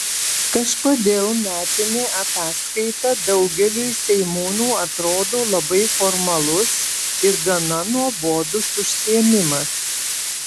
kažkodėl metinė ataskaita daugeliui seimūnų atrodo labai formalus ir gana nuobodus užsiėmimas